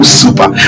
super